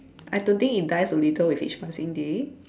I don't think it dies a little with each passing day